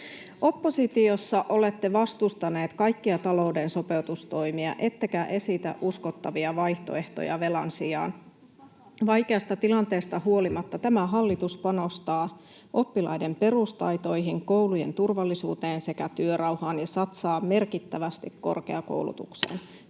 Oppositiossa olette vastustaneet kaikkia talouden sopeutustoimia ettekä esitä uskottavia vaihtoehtoja velan sijaan. Vaikeasta tilanteesta huolimatta tämä hallitus panostaa oppilaiden perustaitoihin, koulujen turvallisuuteen ja työrauhaan sekä satsaa merkittävästi korkeakoulutukseen.